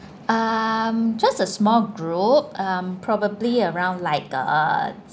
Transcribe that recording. um just a small group um probably around like a